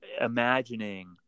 imagining